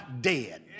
dead